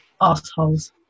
assholes